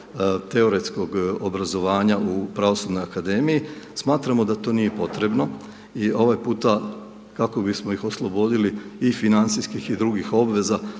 teoretskog obrazovanja u Pravosudnoj akademiji, smatramo da to nije potrebno i ovaj puta, kako bismo ih oslobodili i financijskih i drugih obveza,